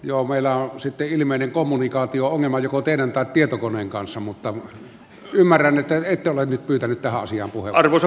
joo meillä on sitten ilmeinen kommunikaatio ongelma joko teidän tai tietokoneen kanssa mutta ymmärrän että ette ole nyt pyytänyt tähän asiaan puheenvuoroa